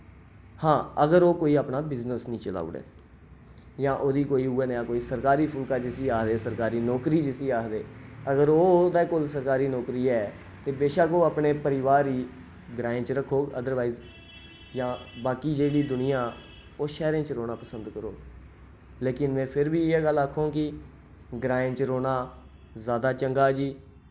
हां अगर ओह् कोई अपना बिजनेस नि चलाऊड़ै जां ओह्दी कोई उऐ नेहा कोई सरकारी फुल्का जिसी आखदे सरकारी नौकरी जिसी आखदे अगर ओह् ऐ ते कोई सरकारी नौकरी ऐ ते बेशक ओह् अपने परिवार गी ग्राएं च रक्खग अदरवाइस जां बाकी जेह्ड़ी दुनिया ओह् शैह्रें च रौह्ना पसंद करग लेकिन में फिर बी इयै गल्ल आखंग कि ग्राएं च रौह्ना ज्यादा चंगा जी